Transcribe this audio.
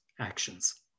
actions